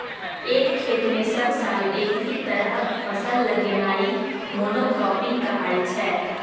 एक खेत मे सब साल एकहि तरहक फसल लगेनाइ मोनो क्राँपिंग कहाइ छै